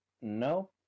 No